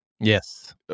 Yes